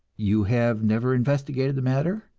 you have never investigated the matter?